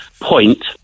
point